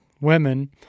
women